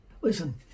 Listen